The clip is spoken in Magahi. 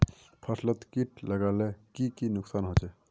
फसलोत किट लगाले की की नुकसान होचए?